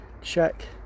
check